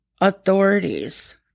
authorities